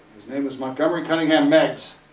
his name is montgomery cunningham meigs.